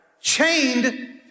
chained